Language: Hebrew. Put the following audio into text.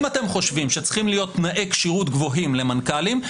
אם אתם חושבים שצריכים להיות תנאי כשירות גבוהים למנכ"לים,